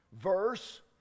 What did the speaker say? verse